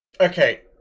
okay